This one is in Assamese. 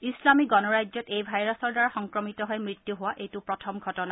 ইছলামিক গণৰাজ্যত এই ভাইৰাছৰ দ্বাৰা সংক্ৰমিত হৈ মৃত্যু হোৱা এইটো প্ৰথম ঘটনা